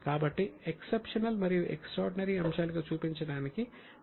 కాబట్టి ఎక్సెప్షనల్ మరియు ఎక్స్ట్రార్డినరీ అంశాలుగా చూపించడానికి ప్రత్యేక శీర్షికలు సృష్టించబడతాయి